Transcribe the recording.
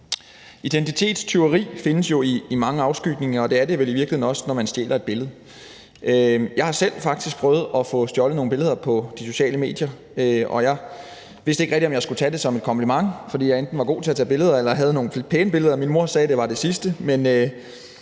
Identitetstyveri findes i mange afskygninger, og det er det vel i virkeligheden også, når man stjæler et billede. Jeg har faktisk selv prøvet at få stjålet nogle billeder på de sociale medier, og jeg vidste ikke rigtig, om jeg skulle tage det som en kompliment, fordi jeg enten var god til at tage billeder eller havde nogle pæne billeder – min mor sagde, det var det sidste. Men